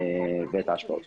ואת ההשפעות שלה.